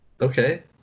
Okay